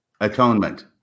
Atonement